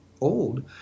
old